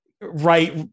right